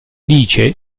dice